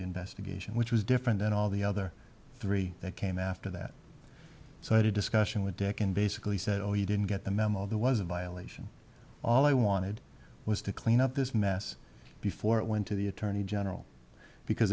investigation which was different than all the other three that came after that so i did discussion with dick and basically said oh you didn't get the memo that was a violation all i wanted was to clean up this mess before it went to the attorney general because